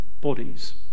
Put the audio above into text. bodies